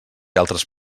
altres